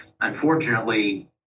Unfortunately